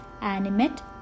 animate